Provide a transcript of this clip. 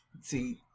see